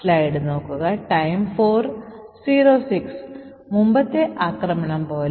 അതിനാൽ നമ്മൾ ഈ പ്രത്യേക ഉദാഹരണം എടുക്കും